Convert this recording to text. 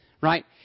right